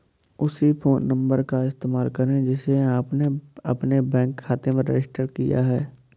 उसी phone number का इस्तेमाल करें जिसे आपने अपने बैंक खाते में रजिस्टर किया है